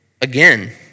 again